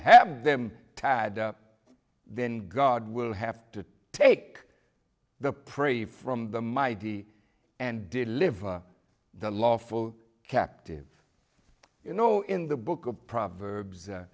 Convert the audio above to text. have them tied up then god will have to take the prey from them id and deliver the lawful captive you know in the book of proverbs